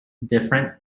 different